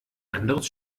anderes